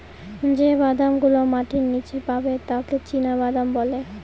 যে বাদাম গুলো মাটির নীচে পাবে তাকে চীনাবাদাম বলে